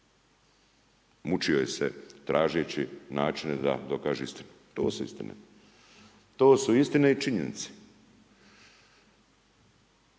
Muči joj se tražeći načine da dokaže istinu. To su istine. To su istine i činjenice